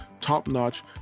top-notch